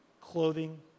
clothing